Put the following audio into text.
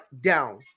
down